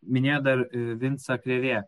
minėjot dar ir vincą krėvė